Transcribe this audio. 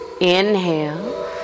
inhale